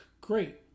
great